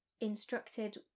instructed